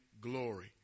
glory